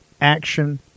Action